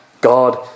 God